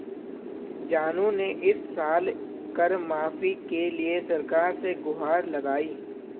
जानू ने इस साल कर माफी के लिए सरकार से गुहार लगाई